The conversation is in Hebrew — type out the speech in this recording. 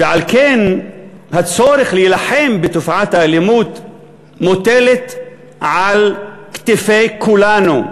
ועל כן הצורך להילחם בתופעת האלימות מוטל על כתפי כולנו,